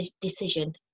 decision